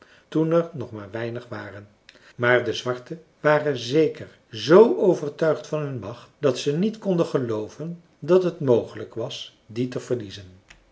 toen er nog maar weinig waren maar de zwarte waren zeker z overtuigd van hun macht dat ze niet konden gelooven dat het mogelijk was die te verliezen